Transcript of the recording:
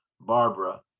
Barbara